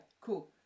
Cool